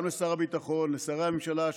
גם לשר הביטחון ולשרי הממשלה,